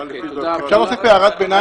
אדוני